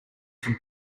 from